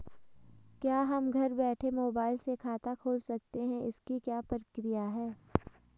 क्या हम घर बैठे मोबाइल से खाता खोल सकते हैं इसकी क्या प्रक्रिया है?